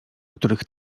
których